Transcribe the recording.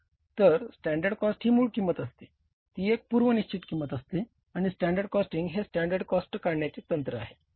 तर standard cost ही मूळ किंमत असते ती एक पूर्व निश्चित किंमत असते आणि स्टँडर्ड कॉस्टिंग हे स्टँडर्ड कॉस्ट काढण्याचे तंत्र आहे